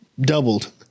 doubled